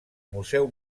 museu